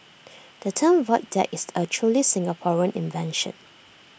the term void deck is A truly Singaporean invention